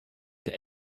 they